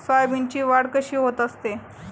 सोयाबीनची वाढ कशी होत असते?